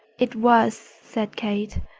it was, said kate.